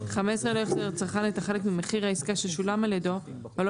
15.לא החזיר לצרכן את החלק ממחיר העסקה ששולם על ידו או לא